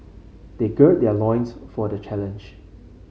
they gird their loins for the challenge